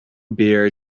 beer